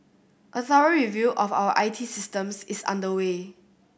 a thorough review of our I T systems is underway